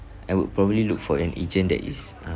I would probably look for an agent that is uh